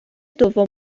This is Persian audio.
دوم